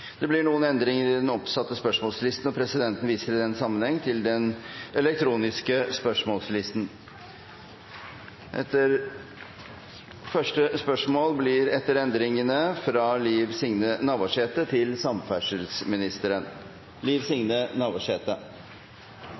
Det blir noen endringer i den oppsatte spørsmålslisten. Presidenten viser i den sammenheng til den elektroniske spørsmålslisten som er gjort tilgjengelig for representantene. De foreslåtte endringene i dagens spørretime foreslås godkjent. – Det anses vedtatt. Endringene var som følger: Spørsmål 1, fra